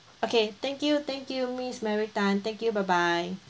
okay thank you thank you miss mary tan thank you bye bye